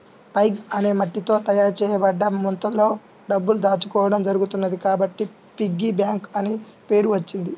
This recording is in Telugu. పైగ్ అనే మట్టితో తయారు చేయబడ్డ ముంతలో డబ్బులు దాచుకోవడం జరుగుతున్నది కాబట్టి పిగ్గీ బ్యాంక్ అనే పేరు వచ్చింది